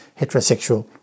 heterosexual